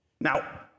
Now